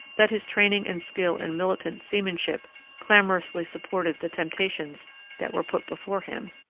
that his training and skill in militant seamanship clamorously supported the temptations that were put before him,